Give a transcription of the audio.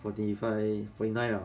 forty five forty nine liao